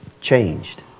changed